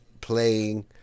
playing